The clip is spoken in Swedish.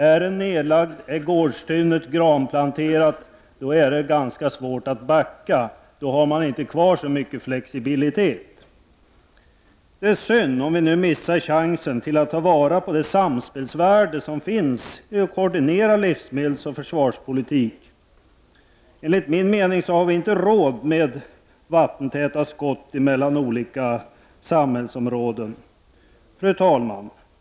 Är gården nedlagd och gårdstunet granplanterat är det ganska svårt att backa. Då har man inte kvar mycket flexibilitet. Det är synd om vi nu missar chansen att ta vara på det samspelsvärde som finns i att koordinera livsmedelsoch försvarspolitik. Vi har enligt min mening inte råd med vattentäta skott mellan olika samhällsområden. Fru talman!